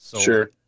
Sure